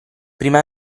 prima